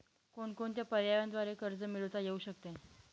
कोणकोणत्या पर्यायांद्वारे कर्ज मिळविता येऊ शकते?